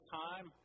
time